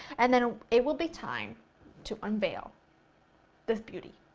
and then it will be time to unveil this beauty.